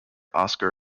oscar